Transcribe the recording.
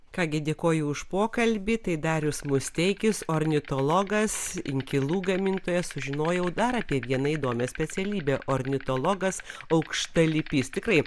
ką gi dėkoju už pokalbį tai darius musteikis ornitologas inkilų gamintojas sužinojau dar apie vieną įdomią specialybę ornitologas aukštalipys tikrai